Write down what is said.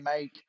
make